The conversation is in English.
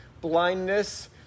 blindness